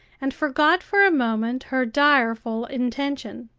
and forgot, for a moment, her direful intention.